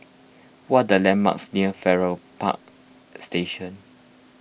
what are landmarks near Farrer Park Station